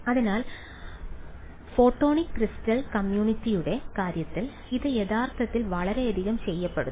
അതിനാൽ photonic crystal കമ്മ്യൂണിറ്റിയുടെ കാര്യത്തിൽ ഇത് യഥാർത്ഥത്തിൽ വളരെയധികം ചെയ്യപ്പെടുന്നു